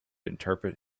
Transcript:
interpret